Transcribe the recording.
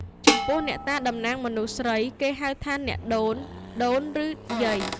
ចំពោះ អ្នកតាតំណាងមនុស្សស្រី គេហៅថា អ្នកដូន ដូន ឬយាយ ។